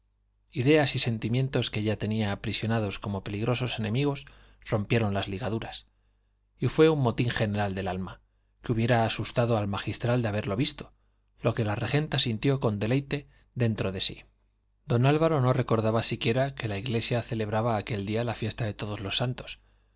ideas y sentimientos que ella tenía aprisionados como peligrosos enemigos rompieron las ligaduras y fue un motín general del alma que hubiera asustado al magistral de haberlo visto lo que la regenta sintió con deleite dentro de sí don álvaro no recordaba siquiera que la iglesia celebraba aquel día la fiesta de todos los santos